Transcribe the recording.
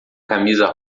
camisa